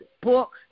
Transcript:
book